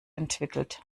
entwickelt